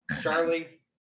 Charlie